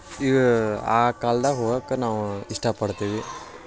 ಆ ಕಾಲ್ದಾಗ ಹೋಗಕ್ಕ ನಾವು ಇಷ್ಟ ಪಡ್ತೀವಿ